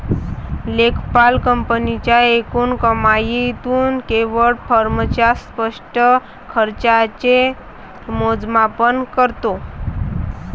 लेखापाल कंपनीच्या एकूण कमाईतून केवळ फर्मच्या स्पष्ट खर्चाचे मोजमाप करतो